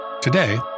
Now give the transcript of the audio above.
Today